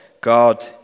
God